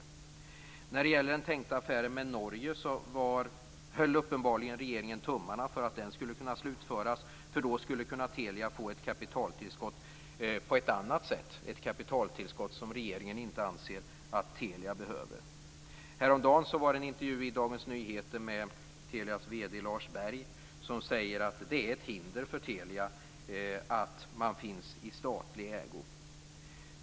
Regeringen höll uppenbarligen tummarna för att den tänkta affären med Norge skulle kunna slutföras, för då skulle Telia kunna få ett kapitaltillskott på ett annat sätt - ett kapitaltillskott som regeringen inte anser att Telia behöver. Häromdagen var det en intervju i Dagens Nyheter med Telias vd Lars Berg. Han säger att det är ett hinder för Telia att man finns i statlig ägo.